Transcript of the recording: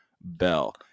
Bell